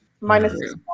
Minus